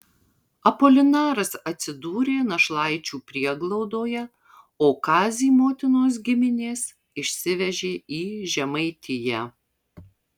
apolinaras atsidūrė našlaičių prieglaudoje o kazį motinos giminės išsivežė į žemaitiją